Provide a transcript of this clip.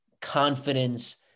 Confidence